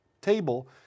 table